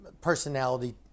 personality